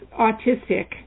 autistic